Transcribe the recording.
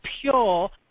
pure